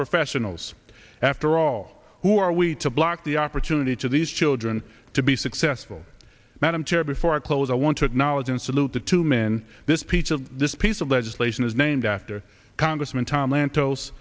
professionals after all who are we to block the opportunity to these children to be successful madam chair before i close i want to acknowledge and salute the two men this speech this piece of legislation is named after congressman tom lanto